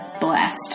blessed